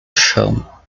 chão